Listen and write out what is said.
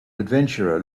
adventurer